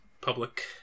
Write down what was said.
public